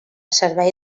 servei